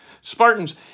Spartans